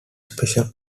special